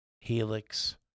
Helix